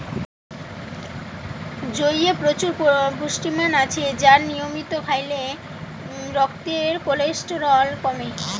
জইয়ে প্রচুর পুষ্টিমান আছে আর নিয়মিত খাইলে রক্তের কোলেস্টেরল কমে